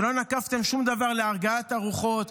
שלא נקפתם שום דבר להרגעת הרוחות.